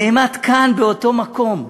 נעמד כאן באותו מקום,